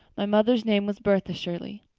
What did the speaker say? my mother's name was bertha shirley.